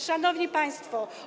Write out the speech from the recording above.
Szanowni Państwo!